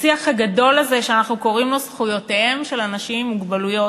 השיח הגדול הזה שאנחנו קוראים לו "זכויותיהם של אנשים עם מוגבלויות",